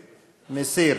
מסיר.